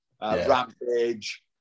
Rampage